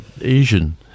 Asian